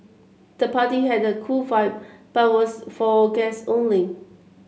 the party had a cool vibe but was for guests only